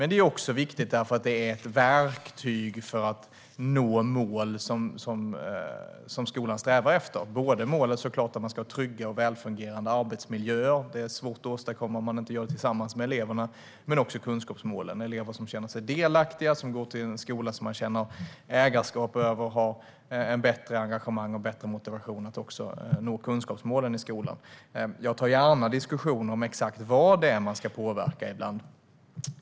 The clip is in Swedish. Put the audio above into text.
Det är också viktigt eftersom det är ett verktyg för att nå mål som skolan strävar efter, både målet, såklart, att man ska ha trygga och välfungerande arbetsmiljöer - det är svårt att åstadkomma det om man inte gör det tillsammans med eleverna - och kunskapsmålen. Elever som känner sig delaktiga och går till en skola som man känner ägarskap över har ett bättre engagemang och en bättre motivation att också nå kunskapsmålen i skolan. Jag tar gärna diskussioner om exakt vad man ska påverka.